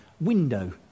window